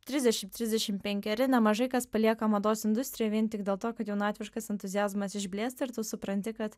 trisdešim trisdešim penkeri nemažai kas palieka mados industriją vien tik dėl to kad jaunatviškas entuziazmas išblėsta ir tu supranti kad